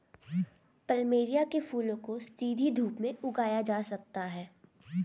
plumeria के फूलों को सीधी धूप में उगाया जा सकता है